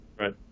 Right